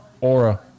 aura